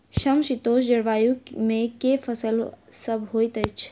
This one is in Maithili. समशीतोष्ण जलवायु मे केँ फसल सब होइत अछि?